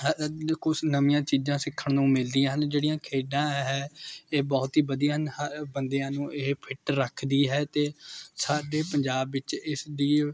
ਕੁਝ ਨਵੀਆਂ ਚੀਜ਼ਾਂ ਸਿੱਖਣ ਨੂੰ ਮਿਲਦੀਆਂ ਹਨ ਜਿਹੜੀਆਂ ਖੇਡਾਂ ਹੈ ਇਹ ਬਹੁਤ ਹੀ ਵਧੀਆ ਬੰਦਿਆਂ ਨੂੰ ਇਹ ਫਿੱਟ ਰੱਖਦੀ ਹੈ ਅਤੇ ਸਾਡੇ ਪੰਜਾਬ ਵਿੱਚ ਇਸ ਦੀ